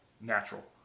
natural